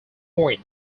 point